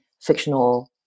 fictional